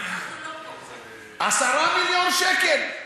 10 מיליון שקל.